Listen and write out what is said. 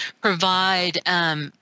provide